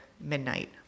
midnight